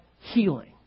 healing